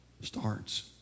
starts